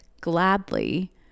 gladly